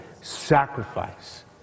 sacrifice